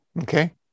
Okay